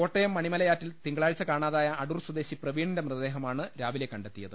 കോട്ടയം മണിമലയാറ്റിൽ തിങ്കളാഴ്ച കാണാതായ അടൂർ സ്വദേശി പ്രവീണിന്റെ മൃതദേഹമാണ് രാവിലെ കണ്ടെത്തിയത്